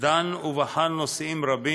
דן ובחן נושאים רבים,